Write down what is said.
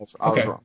Okay